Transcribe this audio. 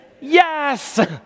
yes